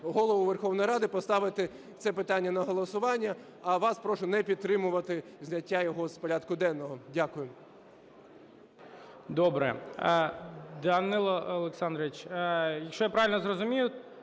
Голову Верховної Ради поставити це питання на голосування. А вас прошу не підтримувати зняття його з порядку денного. Дякую. ГОЛОВУЮЧИЙ. Добре. Данило Олександрович, якщо я правильно зрозумів,